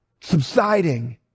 subsiding